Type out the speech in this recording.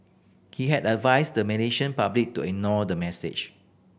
he has advised the Malaysian public to ignore the message